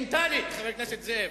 אינצידנטלית, חבר הכנסת זאב.